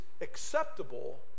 acceptable